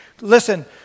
Listen